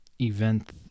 event